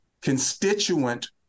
constituent